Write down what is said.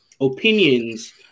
opinions